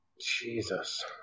Jesus